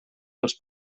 els